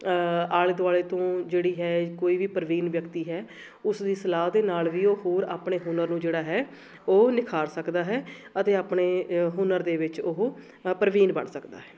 ਆਲੇ ਦੁਆਲੇ ਤੋਂ ਜਿਹੜੀ ਹੈ ਕੋਈ ਵੀ ਪ੍ਰਵੀਨ ਵਿਅਕਤੀ ਹੈ ਉਸ ਦੀ ਸਲਾਹ ਦੇ ਨਾਲ ਵੀ ਉਹ ਹੋਰ ਆਪਣੇ ਹੁਨਰ ਨੂੰ ਜਿਹੜਾ ਹੈ ਉਹ ਨਿਖਾਰ ਸਕਦਾ ਹੈ ਅਤੇ ਆਪਣੇ ਹੁਨਰ ਦੇ ਵਿੱਚ ਉਹ ਪ੍ਰਵੀਨ ਬਣ ਸਕਦਾ ਹੈ